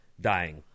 dying